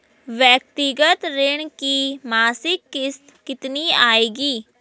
व्यक्तिगत ऋण की मासिक किश्त कितनी आएगी?